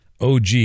OG